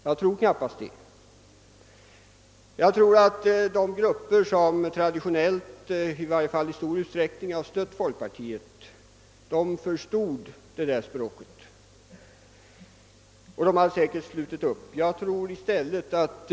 Jag tror knappast att detta var orsaken, ty de grupper, som i varje fall i stor utsträckning traditionellt stött folkpartiet förstod nog det där språket och skulle säkert också ha slutit upp bakom partiet om det bara gällt u-hjälpsfrågan.